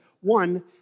One